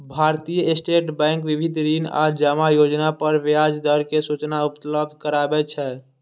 भारतीय state bank विविध ऋण आ जमा योजना पर ब्याज दर के सूचना उपलब्ध कराबै छै